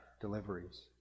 deliveries